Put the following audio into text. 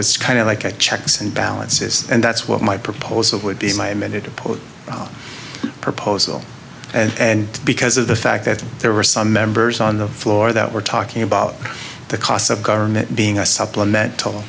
it's kind of like a checks and balances and that's what my proposal would be my amended to put out a proposal and because of the fact that there were some members on the floor that were talking about the cost of government being a supplemental